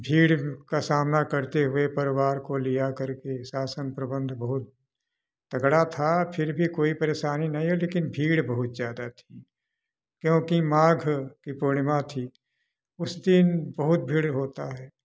भीड़ का सामना करते हुए परिवार को लिया करके शासन प्रबंध बहुत तगड़ा था फ़िर भी कोई परेशानी नहीं हुई लेकिन भीड़ बहुत ज़्यादा थी क्योंकि माघ कि पूर्णिमा थी उस दिन बहुत भीड़ होता है